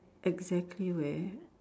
exactly where